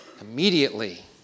Immediately